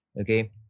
okay